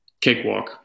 cakewalk